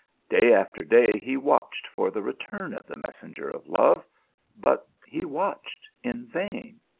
day after day he watched for the return of the messenger of love but he watched in vain.